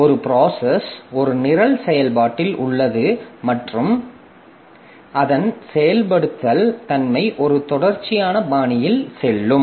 ஒரு ப்ராசஸ் ஒரு நிரல் செயல்பாட்டில் உள்ளது மற்றும் மற்றும் அதன் செயல்படுத்தல் தன்மை ஒரு தொடர்ச்சியான பாணியில் செல்லும்